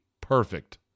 perfect